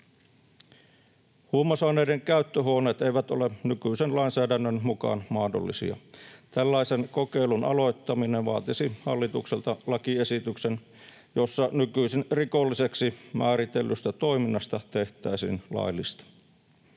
Huumausaineiden käyttöhuoneet eivät ole nykyisen lainsäädännön mukaan mahdollisia. Tällaisen kokeilun aloittaminen vaatisi hallitukselta lakiesityksen, jossa nykyisin rikolliseksi määritellystä toiminnasta tehtäisiin laillista.